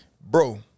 Bro